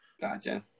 Gotcha